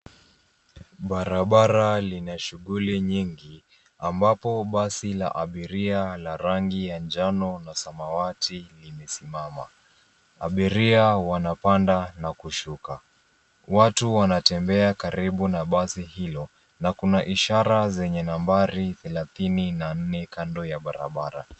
Barabara lina shughuli nyingi ambapo basi la abiria la rangi ya njano na samawati limesimama. Abiria wanapanda na kushuka. Watu wanatembea karibu na basi hilo na kuna ishara zenye nambari 34 kando ya barabara.